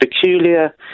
peculiar